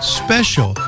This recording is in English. special